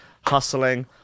hustling